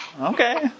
Okay